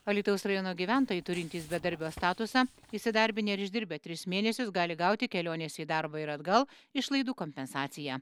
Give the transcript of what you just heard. alytaus rajono gyventojai turintys bedarbio statusą įsidarbinę ir išdirbę tris mėnesius gali gauti kelionės į darbą ir atgal išlaidų kompensaciją